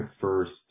first